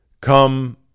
come